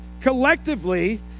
collectively